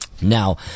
Now